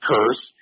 Curse